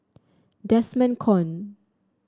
Desmond Kon